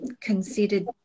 considered